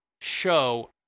show